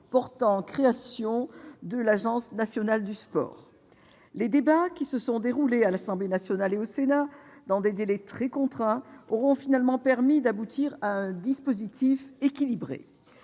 portant création de l'Agence nationale du sport. Les débats, qui se sont déroulés à l'Assemblée nationale et au Sénat dans des délais très contraints, auront finalement permis d'aboutir à un dispositif équilibré.